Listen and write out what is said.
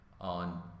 on